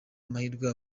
amahirwe